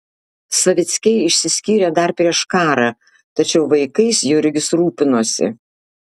savickiai išsiskyrė dar prieš karą tačiau vaikais jurgis rūpinosi